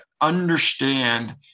understand